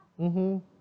mmhmm